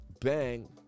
bang